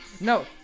No